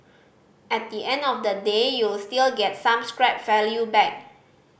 at the end of the day you'll still get some scrap value back